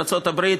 ארצות הברית,